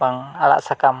ᱵᱟᱝ ᱟᱲᱟᱜ ᱥᱟᱠᱟᱢ